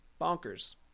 Bonkers